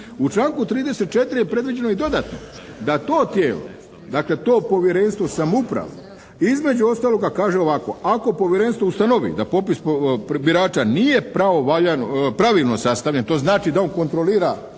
U članku 34. je predviđeno i dodatno da to tijelo, dakle, to povjerenstvo samoupravno između ostaloga kaže ovako, ako povjerenstvo ustanovi da popis birača nije pravilno sastavljen, to znači da on kontrolira